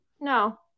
No